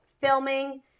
filming